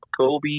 Kobe